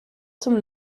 zum